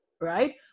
right